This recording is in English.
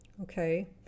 okay